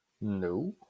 No